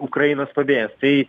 ukrainos pabėgėliams tai